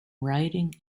writing